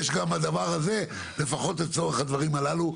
גם בדבר הזה לפחות לצורך הדברים הללו,